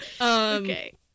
Okay